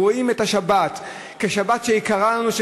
רואים את השבת יקרה לנו,